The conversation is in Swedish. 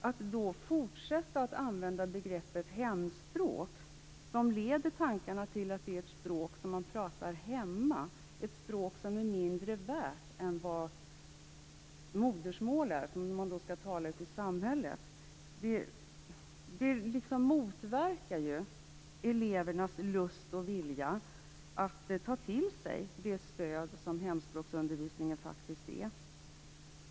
Att då fortsätta att använda begreppet hemspråk, som leder tanken till att det är fråga om ett språk som talas hemma och som är mindre värt än vad ett modersmål är - modersmål är något som man talar ute i samhället - motverkar elevernas lust och vilja att ta till sig det stöd som hemspråksundervisningen faktiskt är.